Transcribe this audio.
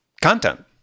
content